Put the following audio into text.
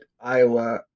Iowa